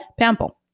Pample